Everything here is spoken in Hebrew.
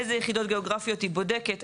אילו יחידות גאוגרפיות היא בודקת,